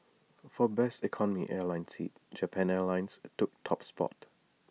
for best economy class airline seat Japan airlines took top spot